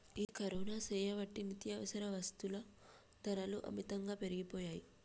ఈ కరోనా సేయబట్టి నిత్యావసర వస్తుల ధరలు అమితంగా పెరిగిపోయాయి